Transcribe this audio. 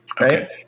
right